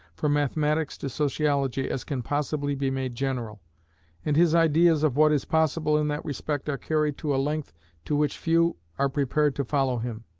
from mathematics to sociology, as can possibly be made general and his ideas of what is possible in that respect are carried to a length to which few are prepared to follow him.